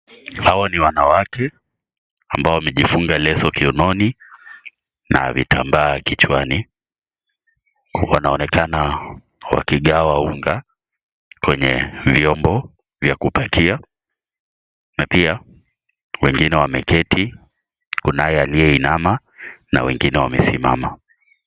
Hawa ni wanawake ambao wamejifunga leo kiunoni na vitambaa kichwani. Wanaonekana wakigawa unga kwenye vyombo vya kupakia na pia wengine wameketi, kunaye aliyeinama na wengine wamesimama.